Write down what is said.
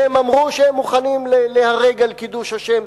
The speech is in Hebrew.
והם אמרו שהם מוכנים ליהרג על קידוש השם.